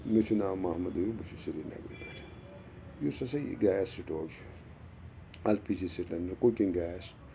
مےٚ چھُ ناو محمد عیوٗب بہٕ چھُس سرینگرٕ پٮ۪ٹھ یُس ہَسا یہِ گیس سِٹوو چھُ L P G cylinder cooking gas